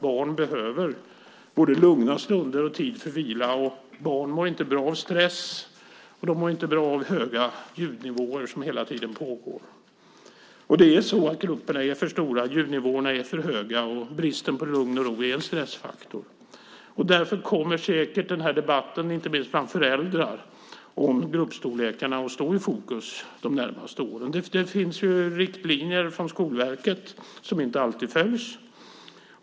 Barn behöver både lugna stunder och tid för vila. Barn mår inte bra av stress och de mår inte bra av höga ljudnivåer som hela tiden pågår. Grupperna är för stora, ljudnivåerna är för höga och bristen på lugn och ro är en stressfaktor. Därför kommer säkert debatten om gruppstorlekarna att stå i fokus de närmaste åren, inte minst bland föräldrar. Det finns riktlinjer från Skolverket, som inte alltid följs.